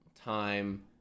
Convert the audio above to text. time